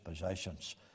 possessions